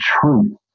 truth